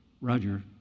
Roger